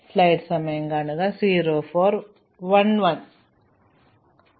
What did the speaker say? അതിനാൽ എല്ലാ നോഡുകളും ഒരേ ഘടകത്തിൽ അല്ലെങ്കിൽ ഒരേ ഘടക നമ്പറുമായി ബന്ധപ്പെട്ടിരിക്കുന്നു